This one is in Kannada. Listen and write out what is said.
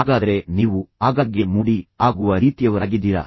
ಹಾಗಾದರೆ ನೀವು ಆಗಾಗ್ಗೆ ಮೂಡಿ ಆಗುವ ರೀತಿಯವರಾಗಿದ್ದೀರಾ